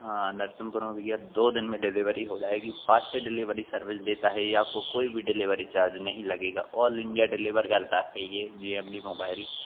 हाँ नरसिमपुरा में भैया दो दिन में डिलेवरी हो जाएगी फास्ट ही डिलवेरी सर्विस देता है यह आपको कोई भी डिलिवेरी चार्ज नहीं लगेगा ऑल इंडिया डिलिवर करता है यह जे एम डी मोबाइल